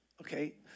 okay